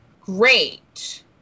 great